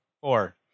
Four